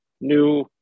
new